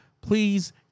please